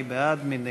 מי בעד, מי